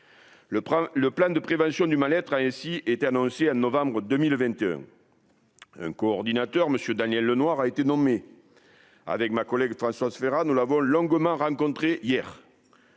le plan de prévention du ma lettre a ainsi été annoncé à novembre 2021 un coordinateur monsieur Daniel Lenoir a été nommé avec ma collègue Françoise Férat, nous l'avons longue a rencontré hier